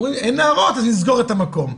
אומרים, אין נערות, אז נסגור את המקום.